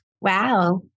Wow